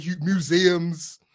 museums